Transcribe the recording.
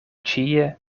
ĉie